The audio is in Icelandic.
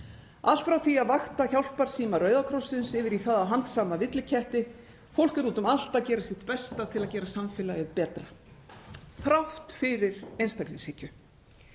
Allt frá því að vakta hjálparsíma Rauða krossins yfir í það að handsama villiketti — fólk er úti um allt að gera sitt besta til að gera samfélagið betra, þrátt fyrir einstaklingshyggju.